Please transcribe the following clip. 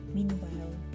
Meanwhile